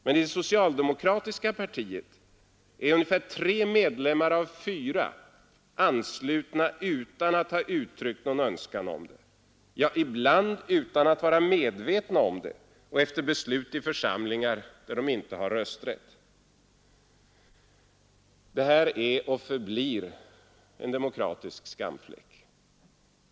Men i det socialdemokratiska partiet är ungefär tre medlemmar av fyra anslutna utan att ha uttryckt någon önskan om det, ja, ibland utan att vara medvetna om det och efter beslut i församlingar där de inte har rösträtt. Det här är och förblir en demokratisk skamfläck.